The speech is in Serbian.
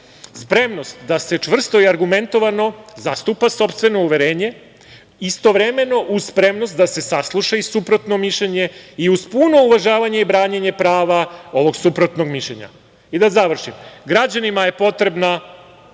spremnost da se čvrsto i argumentovano zastupa sopstveno uverenje, istovremeno uz spremnost da se sasluša i suprotno mišljenje i uz puno uvažavanje i branjenje prava ovog suprotnog mišljenja. Da završim, građanima je potrebna